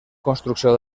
construcció